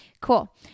Cool